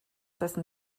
dessen